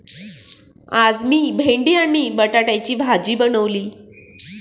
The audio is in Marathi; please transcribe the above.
आज मी भेंडी आणि बटाट्याची भाजी बनवली